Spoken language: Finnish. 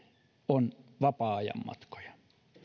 on vapaa ajanmatkoja